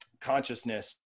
consciousness